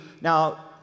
Now